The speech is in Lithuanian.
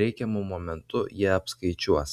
reikiamu momentu jie apskaičiuos